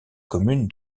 commune